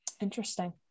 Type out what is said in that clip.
Interesting